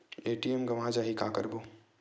ATM गवां जाहि का करबो?